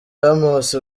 ramos